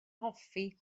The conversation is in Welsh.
hoffi